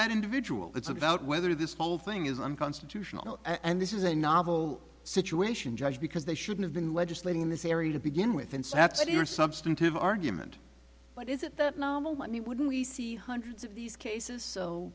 that individual it's about whether this whole thing is unconstitutional and this is a novel situation just because they should have been legislating in this area to begin with and so at city or substantive argument what is it that novel money wouldn't we see hundreds of these cases so